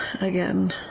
again